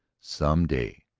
some day.